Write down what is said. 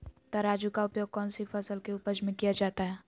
तराजू का उपयोग कौन सी फसल के उपज में किया जाता है?